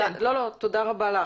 לא, תודה רבה לך.